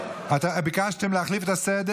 ביקשתם להחליף את הסדר.